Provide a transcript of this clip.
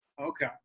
Okay